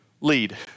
lead